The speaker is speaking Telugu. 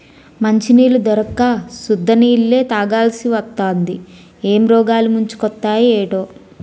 మంచినీళ్లు దొరక్క సుద్ద నీళ్ళే తాగాలిసివత్తాంది ఏం రోగాలు ముంచుకొత్తయే ఏటో